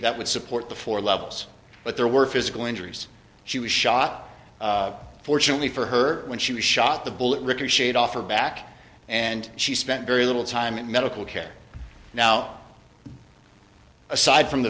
that would support the four levels but there were physical injuries she was shot fortunately for her when she was shot the bullet ricocheted off her back and she spent very little time in medical care now aside from the